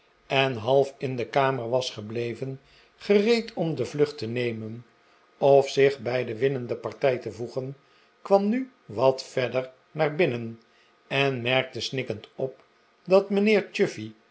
en half in de kamer was gebleven gereed om de vlucht te nemen of zich bij de winnende partij te voegen kwam nu wat verder naar binnen en merkte shikkend op dat mijnheer